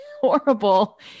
horrible